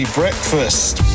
breakfast